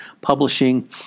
publishing